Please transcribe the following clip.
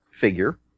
figure